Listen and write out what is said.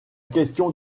question